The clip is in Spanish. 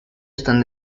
están